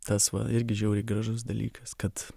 tas va irgi žiauriai gražus dalykas kad